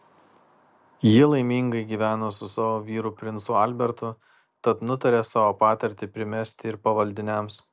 ji laimingai gyveno su savo vyru princu albertu tad nutarė savo patirtį primesti ir pavaldiniams